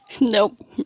Nope